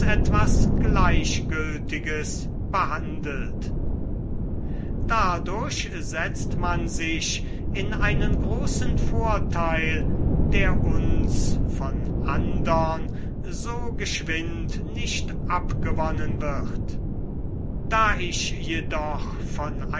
etwas gleichgültiges behandelt dadurch setzt man sich in einen großen vorteil der uns von andern so geschwind nicht abgewonnen wird da ich jedoch von